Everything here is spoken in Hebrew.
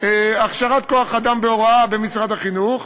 כוח-אדם בהוראה במשרד החינוך,